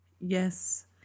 Yes